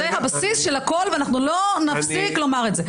זה הבסיס של הכול ואנחנו לא נפסיק לומר את זה.